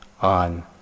on